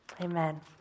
Amen